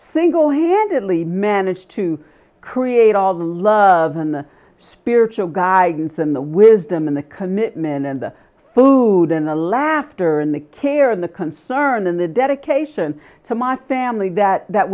single handedly managed to create all the love and spiritual guidance and the wisdom and the commitment and the food and the laughter and the care and the concern and the dedication to my family that that